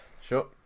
Sure